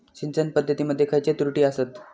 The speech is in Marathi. सिंचन पद्धती मध्ये खयचे त्रुटी आसत?